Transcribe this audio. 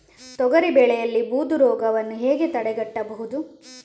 ತೊಗರಿ ಬೆಳೆಯಲ್ಲಿ ಬೂದು ರೋಗವನ್ನು ಹೇಗೆ ತಡೆಗಟ್ಟಬಹುದು?